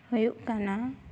ᱦᱩᱭᱩᱜ ᱠᱟᱱᱟ